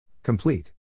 Complete